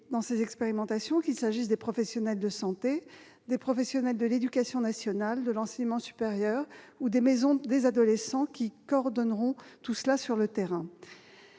dans ces expérimentations, qu'il s'agisse des professionnels de santé, des professionnels de l'éducation nationale et de l'enseignement supérieur, ou des maisons des adolescents, qui coordonneront le dispositif sur le terrain.